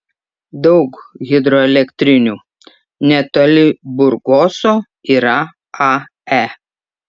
daug hidroelektrinių netoli burgoso yra ae